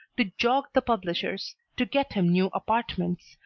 to jog the publishers, to get him new apartments,